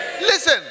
Listen